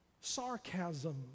Sarcasm